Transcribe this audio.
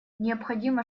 необходимо